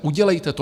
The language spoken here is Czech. Udělejte to!